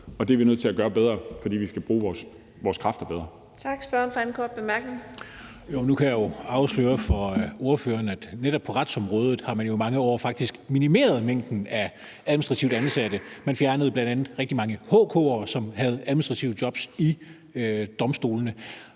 Det er vi nødt til at gøre bedre, for vi skal bruge vores kræfter bedre.